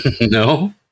no